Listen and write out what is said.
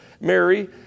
Mary